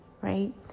right